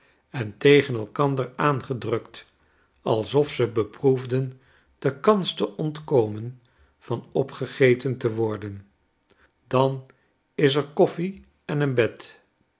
en tegen elkander aangedrukt alsof ze beproefden de kans te ontkomen van opgegeten te worden dan is er koffie en een bed